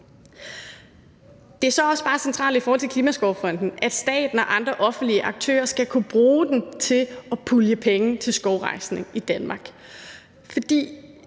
Det er så bare også centralt i forhold til Klimaskovfonden, at staten og andre offentlige aktører skal kunne bruge den til at pulje penge til skovrejsning i Danmark,